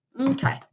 Okay